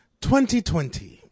2020